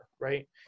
right